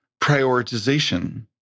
prioritization